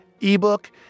ebook